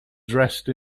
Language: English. dressed